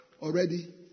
already